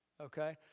Okay